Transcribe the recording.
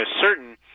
certain